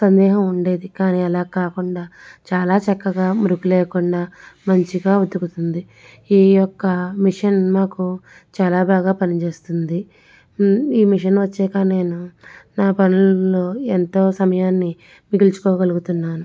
సందేహం ఉండేది కాని అలా కాకుండా చాలా చక్కగా మురికి లేకుండా మంచిగా ఉతుకుతుంది ఈ యొక్క మెషిన్ మాకు చాలా బాగా పనిచేస్తుంది ఈ మెషిన్ వచ్చాక నేను నా పనుల్లో ఎంతో సమయాన్ని మిగిల్చుకో గలుగుతున్నాను